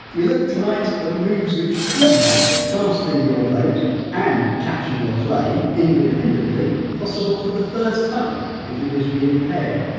we look, tonight, at moves which could make casting your vote and catching your plane independently possible for the first time if you're visually impaired.